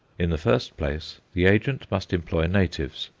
in the first place, the agent must employ natives,